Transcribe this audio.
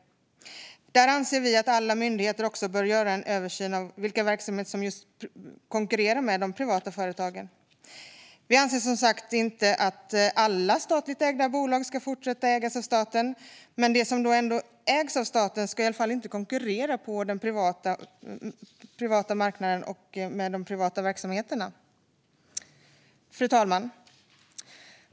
Där anser vi att alla myndigheter också bör göra en översyn av vilka verksamheter som just konkurrerar med privata företag. Vi anser, som sagt, inte att alla statligt ägda bolag ska fortsätta ägas av staten. Men det som ändå ägs av staten ska i alla fall inte konkurrera på den privata marknaden och med de privata verksamheterna. Fru talman!